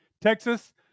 Texas